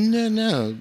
ne ne